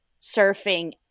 surfing